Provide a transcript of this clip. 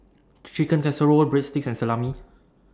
Chicken Casserole Breadsticks and Salami